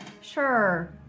sure